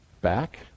back